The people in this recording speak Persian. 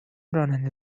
راننده